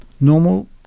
Normal